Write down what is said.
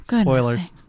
spoilers